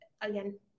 again